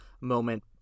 moment